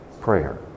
Prayer